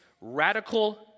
radical